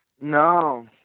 no